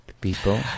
people